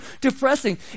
depressing